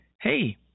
hey